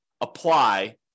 apply